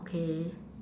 okay